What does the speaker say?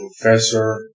professor